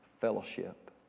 Fellowship